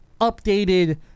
updated